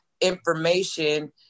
information